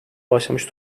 başlamış